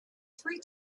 three